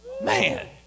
Man